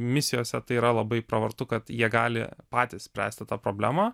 misijose tai yra labai pravartu kad jie gali patys spręsti tą problemą